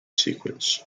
sequence